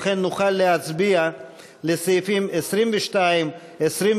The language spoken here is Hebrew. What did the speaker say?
לכן נוכל להצביע על סעיפים 22 23,